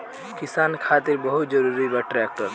किसान खातिर बहुत जरूरी बा ट्रैक्टर